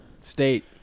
State